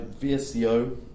VSCO